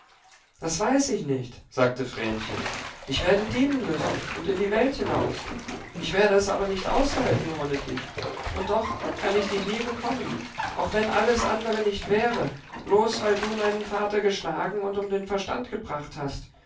das weiß ich nicht sagte vrenchen ich werde dienen müssen und in die welt hinaus ich werde es aber nicht aushalten ohne dich und doch kann ich dich nie bekommen auch wenn alles andere nicht wäre bloß weil du meinen vater geschlagen und um dem verstand gebracht hast